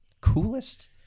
coolest